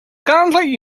currently